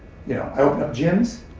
you know, i opened up gyms.